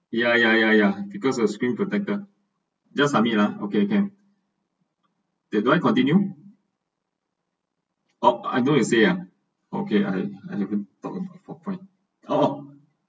ya ya ya ya because of screen protector just submit ah okay can they don’t want continue oh I know you say ah okay I I haven’t talk about my four point oh oh